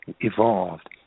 evolved